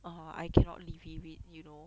ah I cannot live with it you know